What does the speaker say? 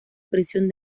prisión